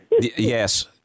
Yes